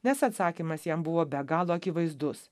nes atsakymas jam buvo be galo akivaizdus